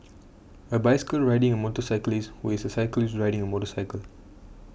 a bicycle riding a motorcyclist who is a cyclist riding a motorcycle